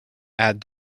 add